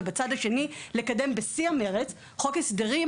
ובצד השני לקדם בשיא המרץ חוק הסדרים,